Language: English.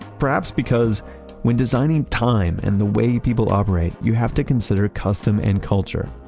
perhaps because when designing time and the way people operate, you have to consider custom and culture.